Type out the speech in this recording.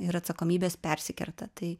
ir atsakomybės persikerta tai